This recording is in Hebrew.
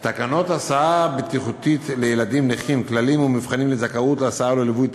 תקנות הסעה בטיחותית לילדים נכים (כללים ומבחנים לזכאות להסעה ולליווי),